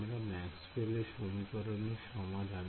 আমরা ম্যাক্সওয়েল এর সমীকরণের সমাধান